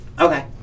Okay